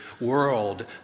world